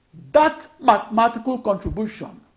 that mathematical contribution